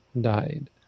died